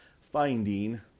finding